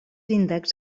índexs